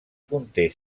conté